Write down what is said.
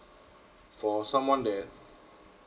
for someone that